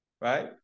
right